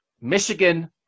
Michigan